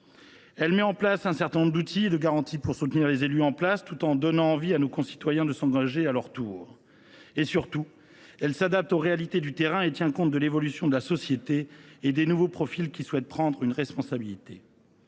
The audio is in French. Elle met en place un certain nombre d’outils et de garanties pour soutenir les élus en place, tout en donnant envie à nos citoyens de s’engager à leur tour. Surtout, elle s’adapte aux réalités du terrain et tient compte de l’évolution de la société et des nouveaux profils susceptibles de vouloir prendre une responsabilité.